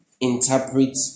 interpret